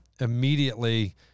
immediately